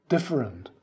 different